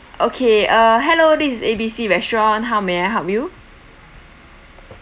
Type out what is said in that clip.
okay uh hello this is A B C restaurant how may I help you